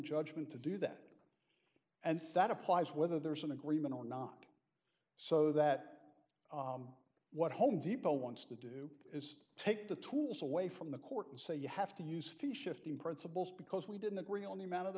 judgment to do that and that applies whether there's an agreement or not so that what home depot wants to do is take the tools away from the court and say you have to use fish shifting principles because we didn't agree on the amount of the